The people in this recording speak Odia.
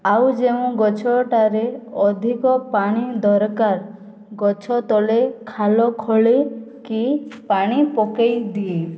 ଆଉ ଯେଉଁ ଗଛଟାରେ ଅଧିକ ପାଣି ଦରକାର ଗଛ ତଳେ ଖାଲ ଖୋଳିକି ପାଣି ପକାଇ ଦିଏ